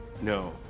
No